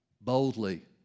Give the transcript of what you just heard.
boldly